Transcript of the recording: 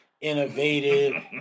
innovative